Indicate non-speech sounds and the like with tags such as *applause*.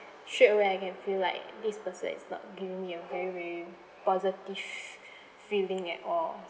straight away I can feel like this person is not giving me a very very positive *breath* feeling at all